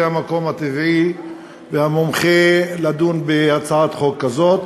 זה המקום הטבעי והמומחה לדון בהצעת חוק כזאת.